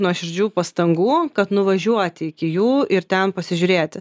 nuoširdžių pastangų kad nuvažiuoti iki jų ir ten pasižiūrėti